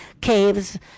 caves